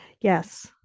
Yes